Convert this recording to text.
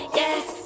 yes